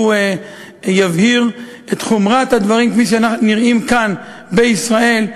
שהוא יבהיר את חומרת הדברים כפי שנראים כאן בישראל,